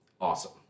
Awesome